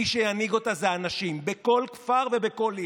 מי שינהיג אותה זה האנשים, בכל כפר ובכל עיר.